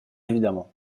évidemment